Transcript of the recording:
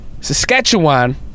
Saskatchewan